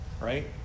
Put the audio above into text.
right